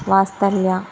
వాత్సల్య